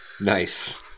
Nice